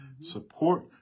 Support